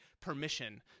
permission